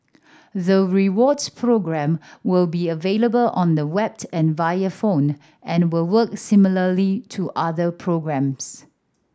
the rewards program will be available on the web and via phone and will work similarly to other programs